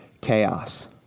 chaos